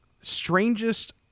Strangest